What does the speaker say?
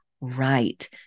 right